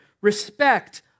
respect